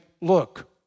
look